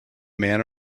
man